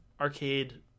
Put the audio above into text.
arcade